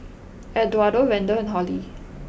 Eduardo Randell and Hollie